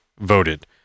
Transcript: voted